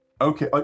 okay